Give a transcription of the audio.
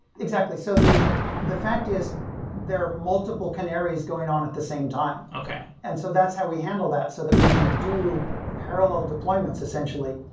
exactly. so the the fact is there are multiple canaries going on at the same time, and so that's how we handle that so that we can do parallel deployments, essentially.